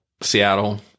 Seattle